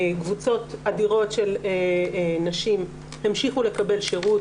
קבוצות אדירות של נשים המשיכו לקבל שירות